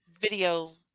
video